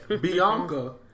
Bianca